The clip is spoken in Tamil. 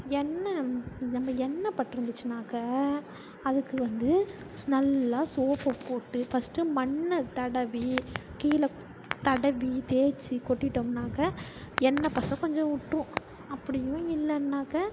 எண்ணெய் இந்த எண்ணெய் பட்டிருந்துச்சின்னாக்க அதுக்கு வந்து நல்லா சோப்பு போட்டு ஃபஸ்ட்டு மண்ணை தடவி கீழே தடவி தேய்ச்சி கொட்டிட்டோம்னாக்க எண்ணெய் பசைக் கொஞ்சம் உட்டுரும் அப்படியும் இல்லைனாக்கா